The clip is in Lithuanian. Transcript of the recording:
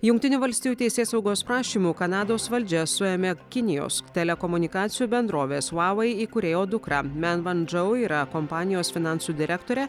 jungtinių valstijų teisėsaugos prašymu kanados valdžia suėmė kinijos telekomunikacijų bendrovės va vai įkūrėjo dukrą men van džou yra kompanijos finansų direktore